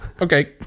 Okay